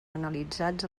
analitzats